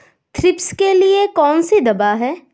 Thrips के लिए कौन सी दवा है?